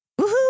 woohoo